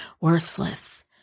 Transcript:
worthless